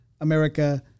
America